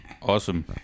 awesome